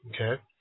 Okay